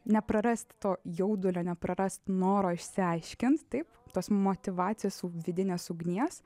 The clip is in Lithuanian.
neprarast to jaudulio neprarast noro išsiaiškint taip tos motyvacijos vidinės ugnies